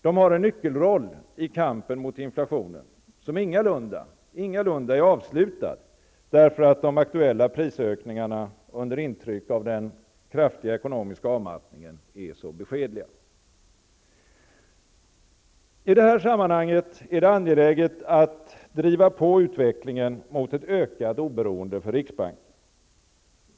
De har en nyckelroll i kampen mot inflationen, som ingalunda är avslutad därför att de aktuella prisökningarna under intryck av den kraftiga ekonomiska avmattningen är så beskedliga. I detta sammanhang är det angeläget att driva på utvecklingen mot ett ökat oberoende för riksbanken.